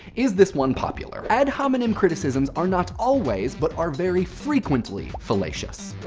is this one popular. ad hominem criticisms are not always, but are very frequently fallacious.